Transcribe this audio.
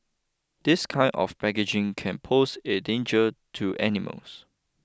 this kind of packaging can pose a danger to animals